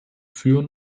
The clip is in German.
führen